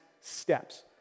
steps